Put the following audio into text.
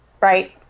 right